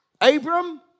Abram